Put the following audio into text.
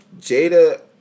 Jada